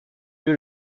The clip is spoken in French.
lieu